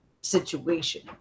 situation